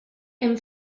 hem